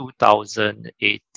2018